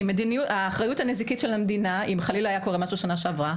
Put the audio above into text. אם חלילה היה קורה משהו בשנה שעברה,